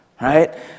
right